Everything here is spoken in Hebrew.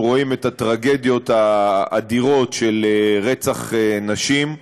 אנחנו רואים את הטרגדיות האדירות של רצח נשים,